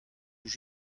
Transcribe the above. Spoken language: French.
tout